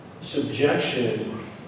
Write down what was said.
Subjection